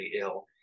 ill